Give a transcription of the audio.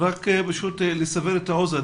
רק לסבר את האוזן,